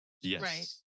Yes